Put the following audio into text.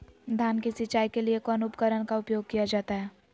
धान की सिंचाई के लिए कौन उपकरण का उपयोग किया जाता है?